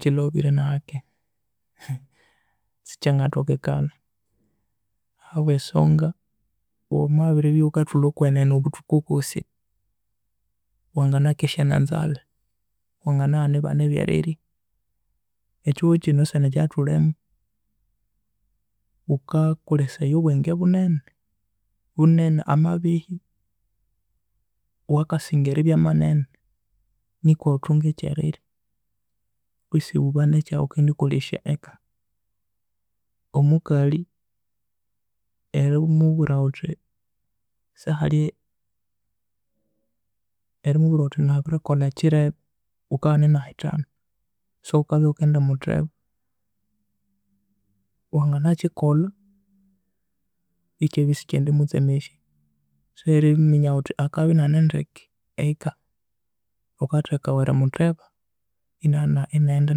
Sikilhobire nahake, sikyangathokekana ahabwe esonga wamabiribya ghukathulha okwenene obuthuku obwoosi wanganakesya na nzalha wanganaghana eribana ebyerirya, ekihugho kino esaha enu ekyathulhimu ghukakolesaya obwenge bunene bunene amabehi wakasainga eribya manene nikwa ghuthunge ekyerirya kwisi ghubane ekyaghukendikolhesya eka omukalhi erimubwira ghuthi nabirikolha erimubwira ghuthi sahalhi, erimubwira ghuthi wabirikolha kirebe ghukabana inahithana so ghukabya eghukendimutbeba wanganakikolha ekyabya isikyendimutsemesya so eriminya ghuthi akabya inanendeke eka ghukathekawa erimutheba inana inaghenda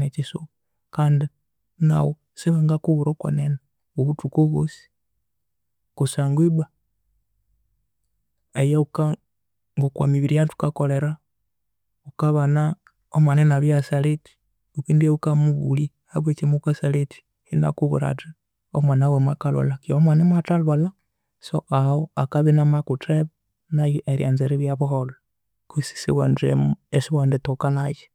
nekisuba kandi naghu sanga kubwira okwenene obuthuku obwoosi kusangwa ibwa eyaghuka ngokwa mubiri eyaghukakolhera ghukabana omwana inabiryasa late ghukendibya ghukabulhya habwaki mughukasa late inkubwira athi omwana wiwe mwakalhwalha keghe omwana imwathilhwalha so ahu akabya inamakutheba nayu eryanza eringa buholho kwisi esiwendithoka mu- isiwendithoka nayu.